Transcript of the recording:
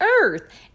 earth